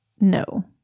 No